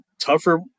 tougher –